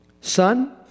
Son